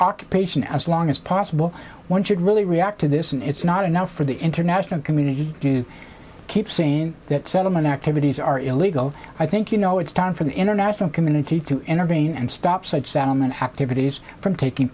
occupation as long as possible one should really react to this and it's not enough for the international community to keep saying that settlement activities are illegal i think you know it's time for the international community to enter reign and stop such settlement activities from taking